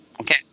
Okay